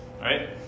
right